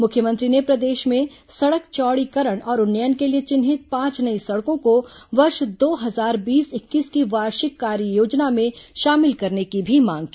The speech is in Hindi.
मुख्यमंत्री ने प्रदेश में सड़क चौड़ीकरण और उन्नयन के लिए चिन्हित पांच नई सड़कों को वर्ष दो हजार बीस इक्कीस की वार्षिक कार्ययोजना में शामिल करने की भी मांग की